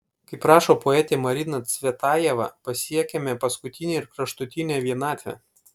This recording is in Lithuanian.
kaip rašo poetė marina cvetajeva pasiekiame paskutinę ir kraštutinę vienatvę